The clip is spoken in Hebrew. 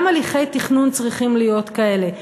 גם הליכי תכנון צריכים להיות כאלה.